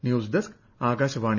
news desk Akashvani